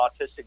autistic